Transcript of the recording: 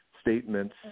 statements